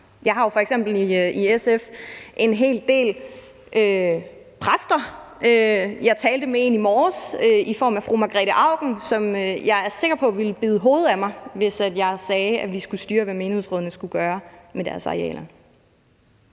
jo f.eks. i SF en hel del præster. Jeg talte med en i morges i form af Margrete Auken, som jeg er sikker på ville bide hovedet af mig, hvis jeg sagde, at vi skulle styre, hvad menighedsrådene skulle gøre med deres arealer.